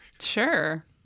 Sure